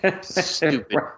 Stupid